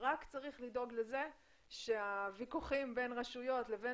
רק צריך לדאוג לזה שהוויכוחים בין רשויות לבין